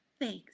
Thanks